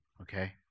Okay